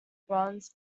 bronze